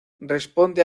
responde